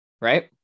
right